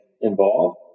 involved